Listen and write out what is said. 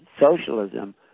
socialism